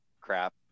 crap